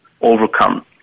overcome